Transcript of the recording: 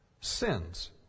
sins